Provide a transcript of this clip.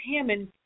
Hammond